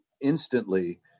instantly